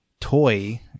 toy